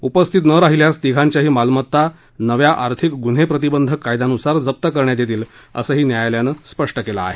उपस्थित नं राहिल्यास तिघांच्याही मालमत्ता नव्या आर्थिक गुन्हे प्रतिबंधक कायद्यानुसार जप्त करण्यात येतील असंही न्यायालयानं स्पष्ट केलं आहे